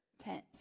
tense